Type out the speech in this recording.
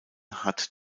hat